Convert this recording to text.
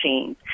machine